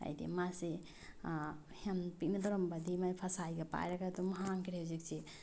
ꯍꯥꯏꯕꯗꯤ ꯃꯥꯁꯦ ꯌꯥꯝ ꯄꯤꯛꯅ ꯇꯧꯔꯝꯕꯗꯒꯤ ꯃꯥꯏ ꯐꯁꯥꯏꯒ ꯄꯥꯏꯔꯒ ꯑꯗꯨꯝ ꯍꯥꯡꯈ꯭ꯔꯦ ꯍꯧꯖꯤꯛꯁꯦ